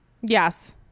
Yes